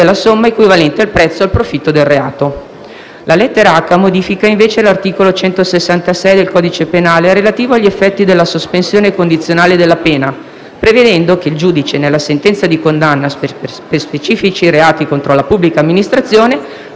La lettera *h)* modifica invece l'articolo 166 del codice penale, relativo agli effetti della sospensione condizionale della pena, prevedendo che il giudice, nella sentenza di condanna per specifici reati contro la pubblica amministrazione,